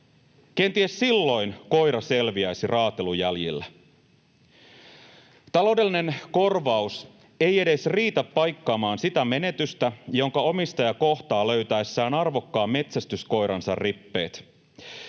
kenties silloin koira selviäisi raatelujäljillä. Taloudellinen korvaus ei edes riitä paikkaamaan sitä menetystä, jonka omistaja kohtaa löytäessään arvokkaan metsästyskoiransa rippeet.